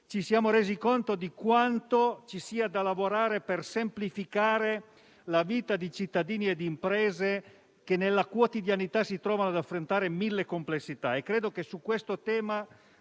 ci siamo resi conto di quanto ci sia da lavorare per semplificare la vita dei cittadini e delle imprese, che nella quotidianità si trovano ad affrontare mille complessità.